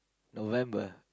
November